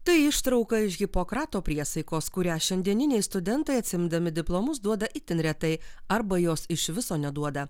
tai ištrauka iš hipokrato priesaikos kurią šiandieniniai studentai atsiimdami diplomus duoda itin retai arba jos iš viso neduoda